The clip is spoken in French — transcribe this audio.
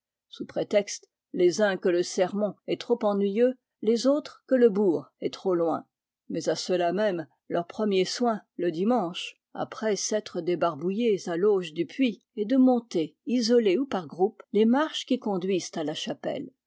sous prétexte les uns que le sermon est trop ennuyeux les autres que le bourg est trop loin mais à ceux-là mêmes leur premier soin le dimanche après s'être débarbouillés à l'auge du puits est de monter isolés ou par groupes les marches qui conduisent à la chapelle